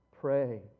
Pray